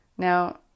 Now